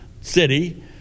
City